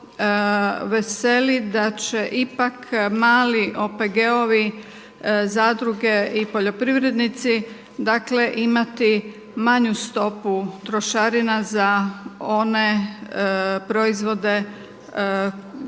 veseli da će ipak mali OPG-ovi, zadruge i poljoprivrednici, dakle, imati manju stopu trošarina za one proizvode odnosno